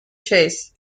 chase